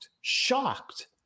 shocked